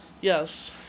Yes